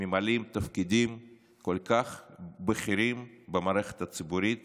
ממלאים תפקידים כל כך בכירים במערכת הציבורית